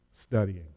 studying